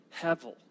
hevel